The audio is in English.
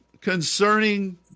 concerning